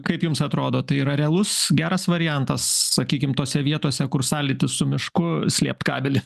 kaip jums atrodo tai yra realus geras variantas sakykim tose vietose kur sąlytis su mišku slėpt kabelį